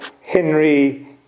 Henry